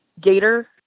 Gator